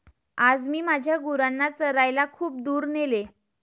आज मी माझ्या गुरांना चरायला खूप दूर नेले